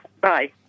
Bye